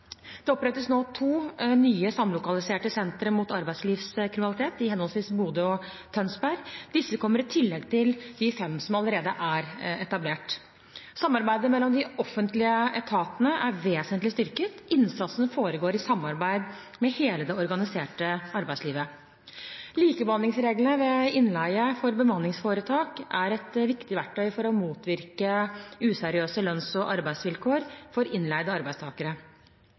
Det opprettes nå to nye samlokaliserte sentre mot arbeidslivskriminalitet, i henholdsvis Bodø og Tønsberg. Disse kommer i tillegg til de fem som allerede er etablert. Samarbeidet mellom de offentlige etatene er vesentlig styrket. Innsatsen foregår i samarbeid med hele det organiserte arbeidslivet. Likebehandlingsreglene ved innleie fra bemanningsforetak er et viktig verktøy for å motvirke useriøse lønns- og arbeidsvilkår for innleide arbeidstakere.